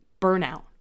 burnout